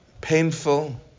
painful